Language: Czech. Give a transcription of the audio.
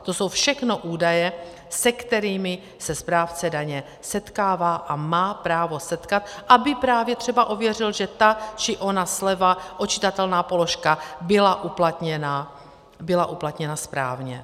To jsou všechno údaje, se kterými se správce daně setkává a má právo setkat, aby právě třeba ověřil, že ta či ona sleva, odčitatelná položka byla uplatněna správně.